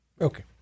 Okay